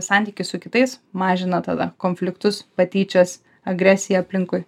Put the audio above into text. santykį su kitais mažina tada konfliktus patyčios agresija aplinkui